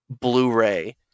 Blu-ray